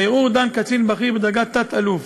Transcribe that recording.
בערעור דן קצין בכיר בדרגת תת-אלוף.